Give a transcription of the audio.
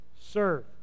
Serve